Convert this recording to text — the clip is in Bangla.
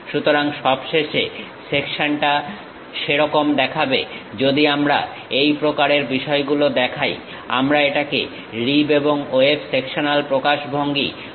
সুতরাং সবশেষে সেকশনটা সেরকম দেখাবে যদি আমরা এই প্রকারের বিষয়গুলো দেখাই আমরা এটাকে রিব এবং ওয়েব সেকশনাল প্রকাশভঙ্গি বলবো